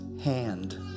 hand